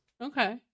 Okay